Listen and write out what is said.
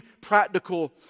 practical